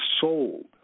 sold